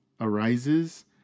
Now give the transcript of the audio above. arises